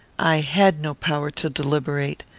i had no power to deliberate.